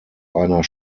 einer